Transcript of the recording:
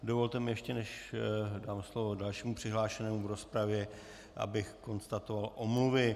Dovolte mi, ještě než dám slovo dalšímu přihlášenému v rozpravě, abych konstatoval omluvy.